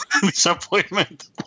Disappointment